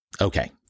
Okay